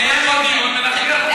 נקיים עוד דיון ונכריח אותם,